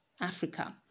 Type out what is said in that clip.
Africa